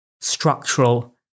structural